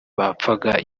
bapfaga